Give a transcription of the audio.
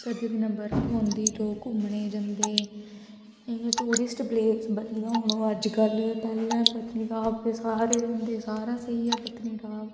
सरदियें दिनें उत्थें बर्फ पौंदी लोक घूमने ई जंदे इ'यां टूरिस्ट प्लेस बनी गेदा हून ओह् अज्जकल पैह्ले पत्नीटाप ते सारे जंदे हे सारें सेही हा पत्नीटाप